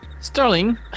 Sterling